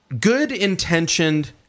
good-intentioned